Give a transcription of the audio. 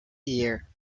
year